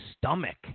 stomach